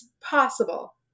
possible